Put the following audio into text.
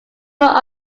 were